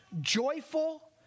joyful